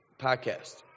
podcast